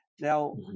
now